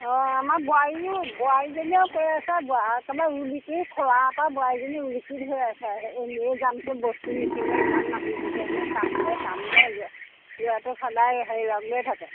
অঁ আমাৰ বোৱাৰীও বোৱাৰীজনীয়েও কৈ আছে বাৰ একেবাৰে ৰুলিকি খোলা পৰা বোৱাৰীজনী হৈ আছে এনেই যামচোন বস্তু নিকিনো ইমান মানুহ হৈছে হেনে চামগৈ চামগৈ লোৱা লোৱাটো সদায় হেৰি লগ লৈয়ে থাকে